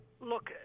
Look